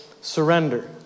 surrender